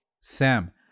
Sam